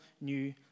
new